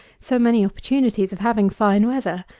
so many opportunities of having fine weather,